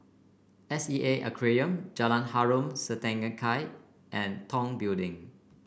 S E A Aquarium Jalan Harom Setangkai and Tong Building